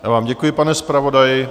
Já vám děkuji, pane zpravodaji.